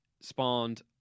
spawned